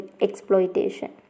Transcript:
exploitation